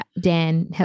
Dan